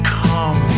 come